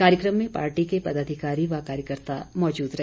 कार्यक्रम में पार्टी के पदाधिकारी व कार्यकर्ता मौजूद रहे